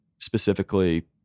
specifically